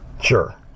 Sure